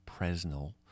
Presnell